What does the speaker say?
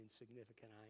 insignificant